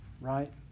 right